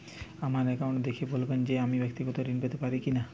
আমার অ্যাকাউন্ট দেখে বলবেন যে আমি ব্যাক্তিগত ঋণ পেতে পারি কি না?